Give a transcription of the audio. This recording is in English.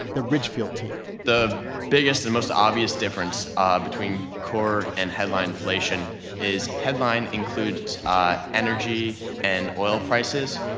the ridgefield team the biggest and most obvious difference ah between core and headline inflation is headline includes energy and oil prices,